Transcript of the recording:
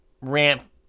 ramp